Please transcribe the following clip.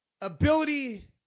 ability